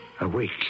Awake